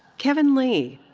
kevin lee.